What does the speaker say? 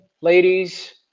ladies